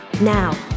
Now